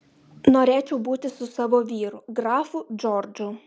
norėčiau būti su savo vyru grafu džordžu